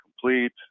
complete